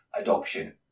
adoption